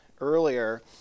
earlier